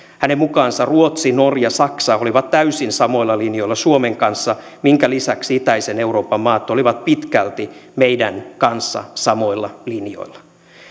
hänen mukaansa ruotsi norja ja saksa olivat täysin samoilla linjoilla suomen kanssa minkä lisäksi itäisen euroopan maat olivat pitkälti meidän kanssamme samoilla linjoilla